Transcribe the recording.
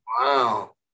wow